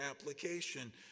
application